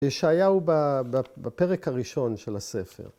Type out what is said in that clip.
‫ישעיהו הוא בפרק הראשון של הספר.